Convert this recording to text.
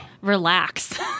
relax